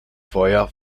feuer